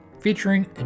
featuring